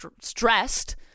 stressed